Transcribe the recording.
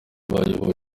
bayobowe